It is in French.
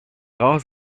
rares